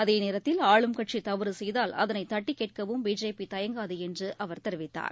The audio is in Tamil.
அதேநேரத்தில் ஆளும் கட்சிதவறுசெய்தால் அதனைதட்டிக்கேட்கவும் பிஜேபிதயங்காதுஎன்றுஅவர் தெரிவித்தார்